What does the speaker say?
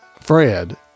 Fred